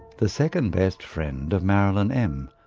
the second best friend of marilyn m,